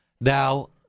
Now